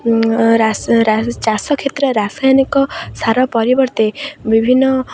ଚାଷ କ୍ଷେତ୍ରରେ ରାସାୟନିକ ସାର ପରିବର୍ତ୍ତେ ବିଭିନ୍ନ